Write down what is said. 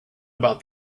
about